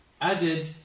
added